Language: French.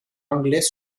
anglais